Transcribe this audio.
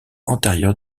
antérieur